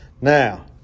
now